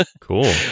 cool